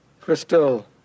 Crystal